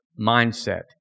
mindset